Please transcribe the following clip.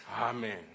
Amen